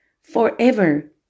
forever